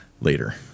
later